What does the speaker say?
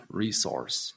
resource